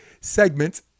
segment